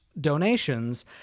donations